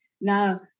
Now